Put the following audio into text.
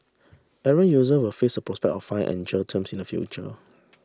errant user will face the prospect of fine and jail terms in the future